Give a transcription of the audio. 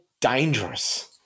dangerous